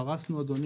פרסנו אדוני,